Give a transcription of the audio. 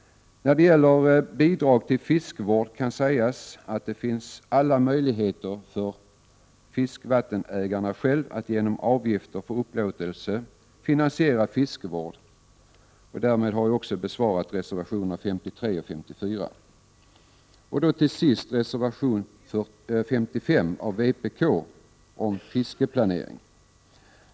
När det gäller bidrag till fiskevård kan sägas att det finns alla möjligheter för fiskvattenägarna själva att genom avgifter för upplåtelse finansiera fiskevård. Därmed har jag också kommenterat reservation 53 och 54. Till sist vill jag ta upp reservation 55 av vpk om fiskeplanering.